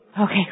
okay